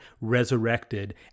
resurrected